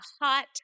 hot